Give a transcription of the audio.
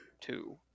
two